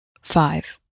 five